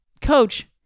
coach